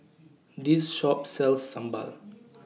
This Shop sells Sambal